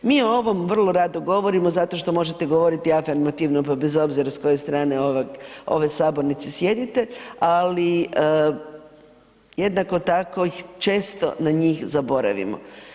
Mi o ovome vrlo rado govorimo zato što možete govoriti afirmativno pa bez obzira s koje strane ove sabornice sjedite, ali jednako tako često na njih zaboravimo.